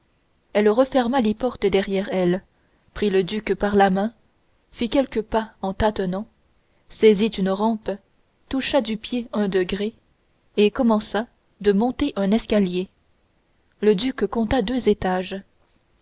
elle referma les portes derrière elle prit le duc par la main fit quelques pas en tâtonnant saisit une rampe toucha du pied un degré et commença de monter un escalier le duc compta deux étages